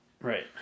right